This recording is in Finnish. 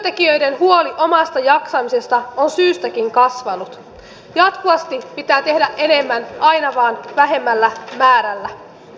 työntekijöiden huoli omasta jaksamisesta on syystäkin kasvanut jatkuvasti pitää tehdä enemmän aina vain vähemmällä määrällä